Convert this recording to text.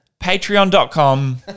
Patreon.com